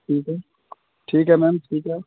ठीक है ठीक है मैम ठीक है